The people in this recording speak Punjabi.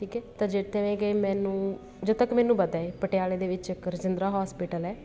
ਠੀਕ ਹੈ ਤਾਂ ਜਿੱਥੇ ਕਿ ਮੈਨੂੰ ਜਿੱਥੇ ਤੱਕ ਮੈਨੂੰ ਪਤਾ ਹੈ ਪਟਿਆਲੇ ਦੇ ਵਿੱਚ ਇੱਕ ਰਜਿੰਦਰਾ ਹੋਸਪਿਟਲ ਹੈ